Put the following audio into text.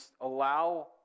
allow